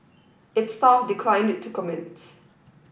its staff declined to comment